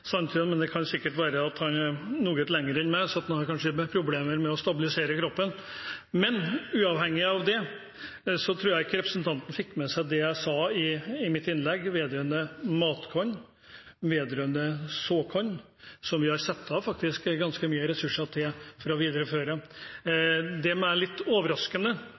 men det kan sikkert være at han er noe lengre enn meg, sånn at han kanskje har mest problemer med å stabilisere kroppen! Men uavhengig av det tror jeg ikke representanten fikk med seg det jeg sa i mitt innlegg vedrørende matkorn og vedrørende såkorn, som vi har satt av ganske mye ressurser til å videreføre. Det er litt overraskende